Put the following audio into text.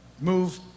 Move